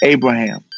Abraham